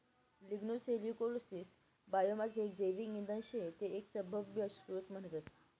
lignocellulosic biomass एक जैविक इंधन शे ते एक सभव्य स्त्रोत म्हणतस